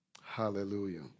Hallelujah